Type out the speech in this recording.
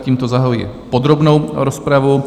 Tímto zahajuji podrobnou rozpravu.